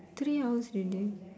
three hours already